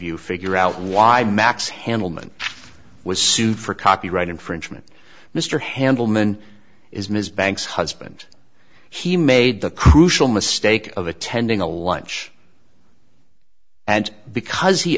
you figure out why max handelman was sued for copyright infringement mr handelman is ms banks husband he made the crucial mistake of attending a lounge and because he